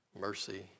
mercy